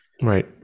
Right